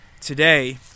today